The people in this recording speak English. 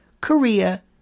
Korea